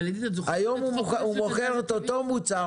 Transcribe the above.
היום הוא מוכר את אותו מוצר,